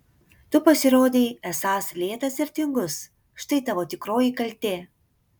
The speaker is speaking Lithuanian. tu pasirodei esąs lėtas ir tingus štai tavo tikroji kaltė